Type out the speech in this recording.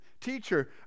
teacher